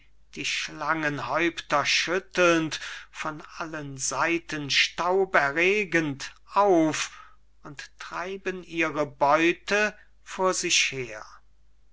die schlangenhäupter schüttelnd von allen seiten staub erregend auf und treiben ihre beute vor sich her